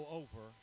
over